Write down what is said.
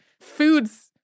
foods